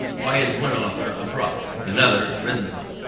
why is one author abrupt, another rhythmical,